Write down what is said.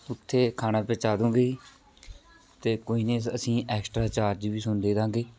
ਉੱਥੇ ਖਾਣਾ ਪਹੁੰਚਾ ਦੂਗੇ ਜੀ ਅਤੇ ਕੋਈ ਨਹੀਂ ਅਸ ਅਸੀਂ ਐਕਸਟਰਾ ਚਾਰਜ ਵੀ ਤੁਹਾਨੂੰ ਦੇ ਦੇਵਾਂਗੇ